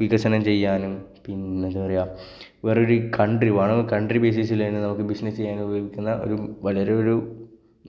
വികസനം ചെയ്യാനും പിന്നെന്താ പറയുക വേറൊരു കണ്ട്രി വേണമെങ്കില് കണ്ട്രി ബേസിസില് നമുക്ക് ബിസിനസ് ചെയ്യാന് ഉപയോഗിക്കുന്ന ഒരു വളരെയൊരു